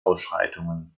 ausschreitungen